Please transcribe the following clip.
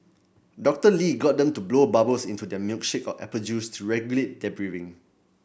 Doctor Lee got them to blow bubbles into their milkshake or apple juice to regulate their breathing